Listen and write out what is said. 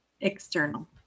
external